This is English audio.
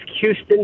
Houston